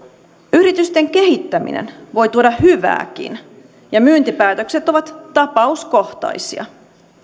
yritysten kehittäminen voi tuoda hyvääkin ja myyntipäätökset ovat tapauskohtaisia